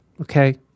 Okay